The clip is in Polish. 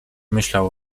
myślał